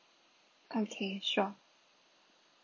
okay sure